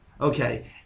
Okay